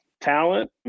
talent